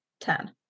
ten